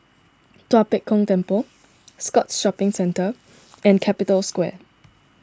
Tua Pek Kong Temple Scotts Shopping Centre and Capital Square